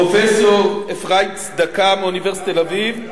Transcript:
פרופסור אפרים צדקה מאוניברסיטת תל-אביב,